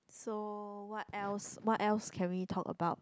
so what else what else can we talk about